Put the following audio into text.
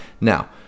Now